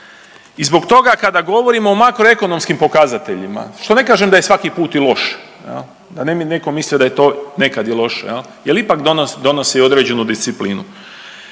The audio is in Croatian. i zbog toga kad govorimo o makroekonomskim pokazateljima, što ne kažem da je svaki put i loše, da ne bi netko mislio da je to nekad i loše jer ipak donosi određenu disciplinu.